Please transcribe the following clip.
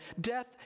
death